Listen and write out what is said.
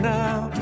now